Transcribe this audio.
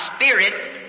Spirit